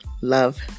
love